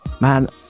Man